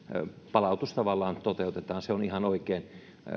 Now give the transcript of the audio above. palautus toteutetaan se on ihan oikein